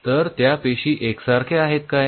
तर त्या पेशी एकसारख्या आहेत काय